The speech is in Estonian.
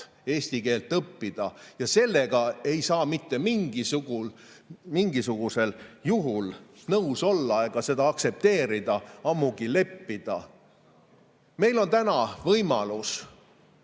eesti keelt õppida. Sellega ei saa mitte mingisugusel juhul nõus olla ega seda aktsepteerida, ammugi leppida. Meil on täna võimalus